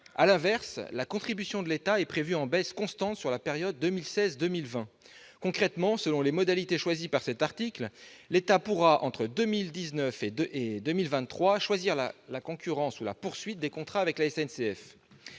de l'offre. Or la contribution de l'État est prévue en baisse constante sur la période 2016-2020 ... Selon les modalités fixées par cet article, l'État pourra, entre 2019 et 2023, choisir la concurrence ou la poursuite des contrats avec la SNCF.